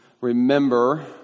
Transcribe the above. remember